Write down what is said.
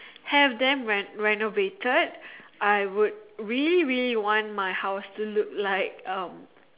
have them re~ renovated I would really really want my house to look like um